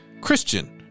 Christian